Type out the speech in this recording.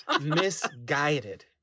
misguided